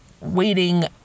waiting